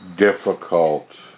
Difficult